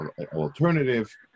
alternative